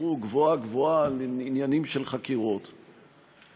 ודיברו גבוהה-גבוהה על עניינים של חקירות,